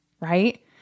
right